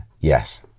Yes